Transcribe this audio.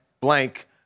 blank